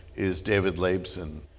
is david laibson,